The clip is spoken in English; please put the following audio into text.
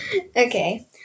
okay